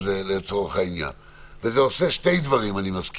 אני מזכיר שזה עושה שני דברים: